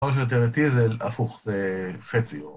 כל שיותר הטיזל, הפוך, זה חציו.